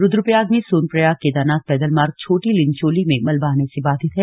रुद्रप्रयाग में सोनप्रयाग केदारनाथ पैदल मार्ग छोटी लिनचोली में मलबा आने से बाधित हैं